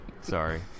Sorry